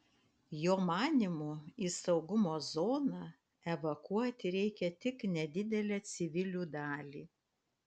jo manymu į saugumo zoną evakuoti reikia tik nedidelę civilių dalį